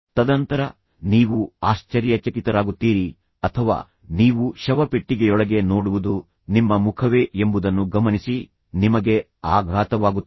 ತದನಂತರ ನೀವು ಆಶ್ಚರ್ಯಚಕಿತರಾಗುತ್ತೀರಿ ಅಥವಾ ಶವಪೆಟ್ಟಿಗೆಯೊಳಗೆ ನೀವು ಸುಳ್ಳು ಹೇಳುತ್ತಿದ್ದೀರಿ ನೀವು ಶವಪೆಟ್ಟಿಗೆಯೊಳಗೆ ನೋಡುವುದು ನಿಮ್ಮ ಮುಖವೇ ಎಂಬುದನ್ನು ಗಮನಿಸಿ ನಿಮಗೆ ಆಘಾತವಾಗುತ್ತದೆ